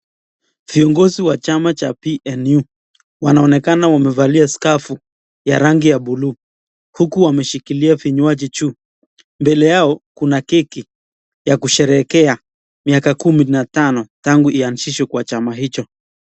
Viongozi wa chama cha PNU wanaonekana wamevalia skafu ya rangi ya buluu uku wameshikilia vinywaji juu. Mbele yao kuna keki ya kusherehekea miaka kumi na tano tangu iazishwe kwa chama hicho.